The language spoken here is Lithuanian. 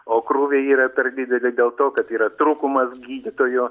o krūviai yra per dideli dėl to kad yra trūkumas gydytojų